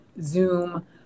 Zoom